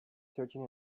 searching